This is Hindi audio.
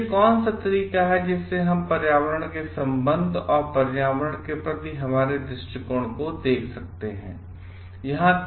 फिर ऐसा कौन सा तरीका है जिससे हम पर्यावरण के संबंध और पर्यावरण के प्रति हमारे दृष्टिकोण को देख सकतेहैं